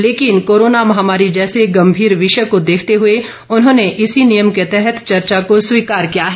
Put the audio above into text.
लेकिन कोरोना महामारी जैसे गंभीर विषय को देखते हुए उन्होंने इसी नियम के तहत चर्चा को स्वीकार किया है